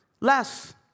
less